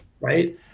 right